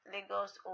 Lagos